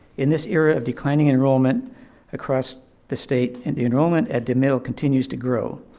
in this era of declining enrollment across the state, and the enrollment at demille continues to grow.